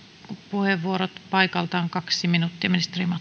puheenvuorot paikaltaan kaksi minuuttia